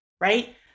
right